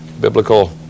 biblical